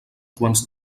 quants